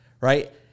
Right